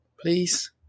Please